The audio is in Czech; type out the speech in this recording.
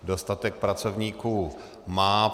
Dostatek pracovníků má.